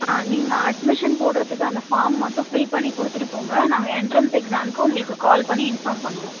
ஆ நீங்கள் அட்மிஷன் போடுறதுக்கு அந்த ஃபார்ம் மட்டும் ஃபில் பண்ணி கொடுத்துட்டு போங்க நாங்கள் எண்ட்ரன்ஸ் எக்ஸாம்க்கு உங்களுக்கு கால் பண்ணி இன்ஃபார்ம் பண்ணுவோம்